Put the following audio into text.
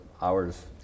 hours